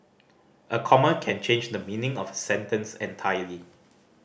a comma can change the meaning of a sentence entirely